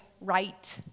right